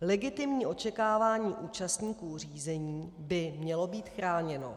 Legitimní očekávání účastníků řízení by mělo být chráněno.